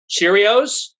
Cheerios